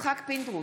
יצחק פינדרוס,